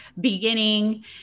beginning